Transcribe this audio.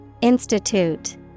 Institute